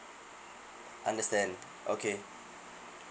understand okay